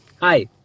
Hi